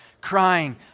crying